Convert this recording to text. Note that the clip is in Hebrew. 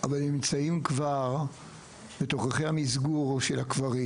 אבל הם כבר נמצאים בתוככי המסגור של הקברים